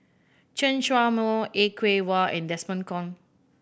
Chen Show Mao Er Kwong Wah and Desmond Kon